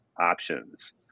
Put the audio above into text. options